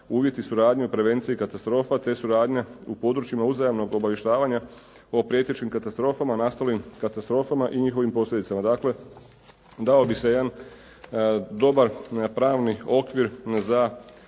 uvjeti suradnje na prevenciji katastrofa te suradnje u područjima uzajamnog obavještavanja o prijetećim katastrofama, nastalim katastrofama i njihovim posljedicama. Dakle dao bi se jedan dobar pravni okvir za